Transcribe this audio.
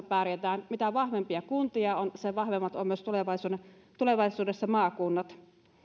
pärjätään mitä vahvempia kuntia on sen vahvemmat ovat myös tulevaisuudessa tulevaisuudessa maakunnat